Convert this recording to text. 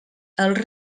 els